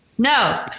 No